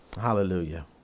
Hallelujah